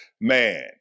man